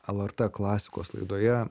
lrt klasikos laidoje